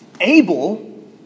Abel